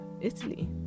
Italy